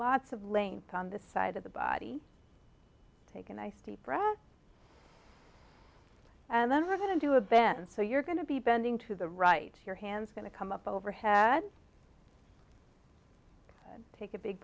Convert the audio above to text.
lots of length on the side of the body take a nice deep breath and then we're going to do a bend so you're going to be bending to the right here hands going to come up overhead take a big